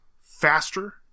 faster